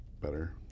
better